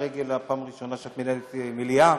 לרגל הפעם הראשונה שאת מנהלת מליאה.